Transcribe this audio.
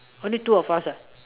only two of us [what]